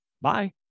bye